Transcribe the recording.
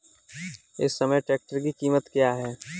इस समय ट्रैक्टर की कीमत क्या है?